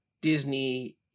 Disney